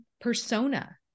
persona